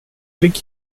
drink